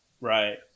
Right